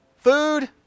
Food